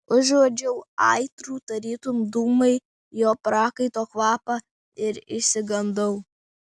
užuodžiau aitrų tarytum dūmai jo prakaito kvapą ir išsigandau